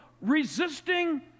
resisting